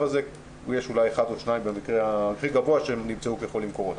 הזה יש אולי אחד או שניים שנמצאו כחולי קורונה.